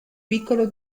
piccolo